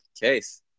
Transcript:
case